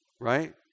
right